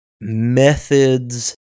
methods